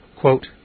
Quote